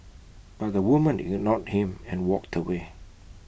but the woman ignored him and walked away